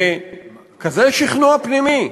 בכזה שכנוע פנימי,